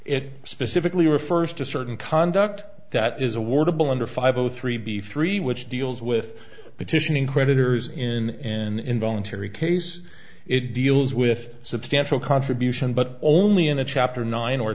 it specifically refers to certain conduct that is award a bill under five o three b free which deals with petitioning creditors in voluntary case it deals with substantial contribution but only in a chapter nine or